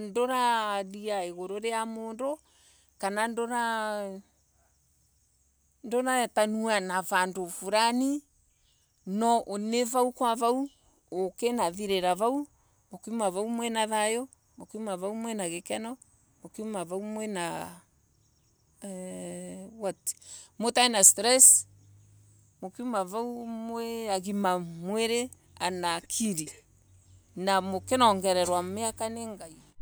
nduraria uroro wa mundu na nduretanwa na vandu fulani. No ni vau kwo vau ukinauma vau wina thayo wina gikena na mukiuma vau mutai na eeeh what Stress. Mukiema vau mwi agima mwiri ana akiri na mukinengererwa miaka ni ngai.